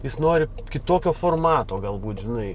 jis nori kitokio formato galbūt žinai